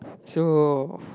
so